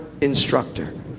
instructor